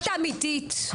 את אמיתית,